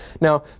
Now